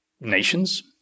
nations